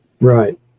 Right